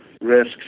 risks